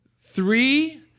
three